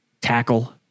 tackle